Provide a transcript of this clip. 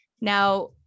Now